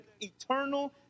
eternal